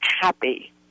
happy